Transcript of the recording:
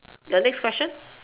your next question